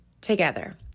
together